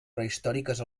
prehistòriques